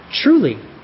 truly